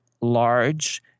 large